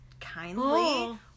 kindly